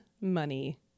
money